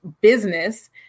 business